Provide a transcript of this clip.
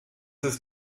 ist